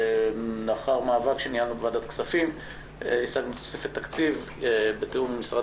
לאחר מאבק שניהלנו בוועדת כספים השגנו תוספת תקציב בתיאום עם משרד